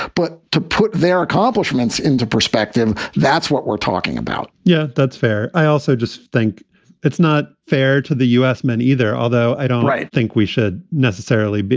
but to put their accomplishments into perspective, that's what we're talking about yeah, that's fair. i also just think it's not fair to the u s. men either, although i don't think we should necessarily. but